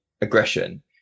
aggression